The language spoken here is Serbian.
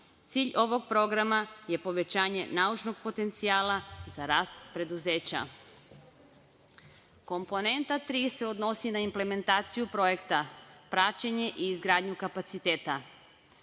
Cilj ovog programa je povećanje naučnog potencijala za rast preduzeća. Komponenta tri se odnosi na implementaciju projekta, praćenje i izgradnju kapaciteta.